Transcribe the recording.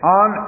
on